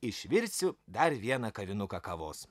išvirsiu dar vieną kavinuką kavos